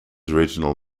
original